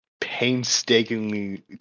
painstakingly